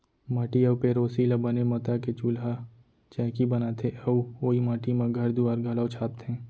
माटी अउ पेरोसी ल बने मता के चूल्हा चैकी बनाथे अउ ओइ माटी म घर दुआर घलौ छाबथें